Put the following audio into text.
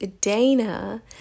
Dana